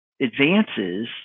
advances